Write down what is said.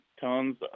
tons